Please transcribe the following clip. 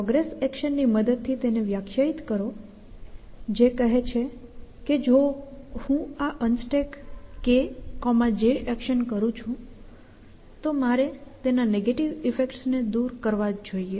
progress action ની મદદ થી તેને વ્યાખ્યાયિત કરો જે કહે છે કે જો હું આ UnstackKJ એક્શન કરું છું તો મારે તેના નેગેટિવ ઈફેક્ટ્સ ને દૂર કરવા જ જોઈએ